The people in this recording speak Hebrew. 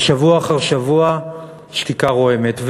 ושבוע אחר שבוע, שתיקה רועמת.